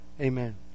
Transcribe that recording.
Amen